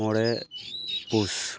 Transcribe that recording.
ᱢᱚᱬᱮ ᱯᱩᱥ